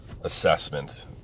assessment